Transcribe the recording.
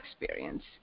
experience